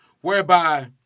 whereby